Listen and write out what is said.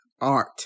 art